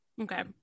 Okay